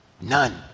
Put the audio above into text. None